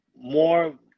more